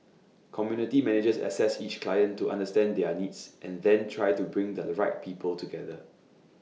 community managers assess each client to understand their needs and then try to bring the right people together